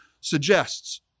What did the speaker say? suggests